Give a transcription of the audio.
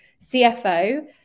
CFO